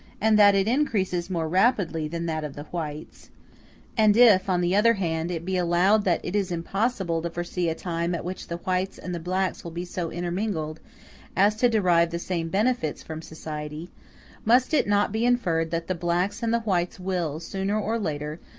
and that it increases more rapidly than that of the whites and if, on the other hand, it be allowed that it is impossible to foresee a time at which the whites and the blacks will be so intermingled as to derive the same benefits from society must it not be inferred that the blacks and the whites will, sooner or later,